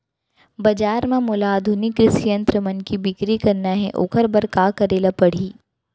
बजार म मोला आधुनिक कृषि यंत्र मन के बिक्री करना हे ओखर बर का करे ल पड़ही?